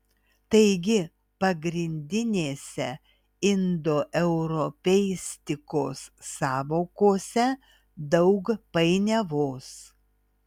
taigi pagrindinėse indoeuropeistikos sąvokose daug painiavos